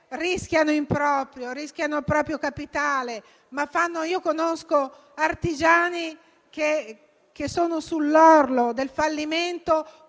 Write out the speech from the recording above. rischiano in proprio perché rischiano il proprio capitale. Io conosco artigiani che si trovano sull'orlo del fallimento